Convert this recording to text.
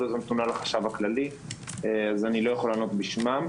נתונה לחשב הכללי ואני לא יכול לענות בשמו.